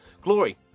Glory